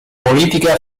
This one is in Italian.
politica